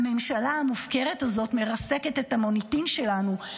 הממשלה המופקרת הזאת מרסקת את המוניטין שלנו,